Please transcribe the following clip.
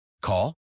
Call